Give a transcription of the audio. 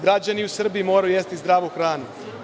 Građani u Srbiji moraju jesti zdravu hranu.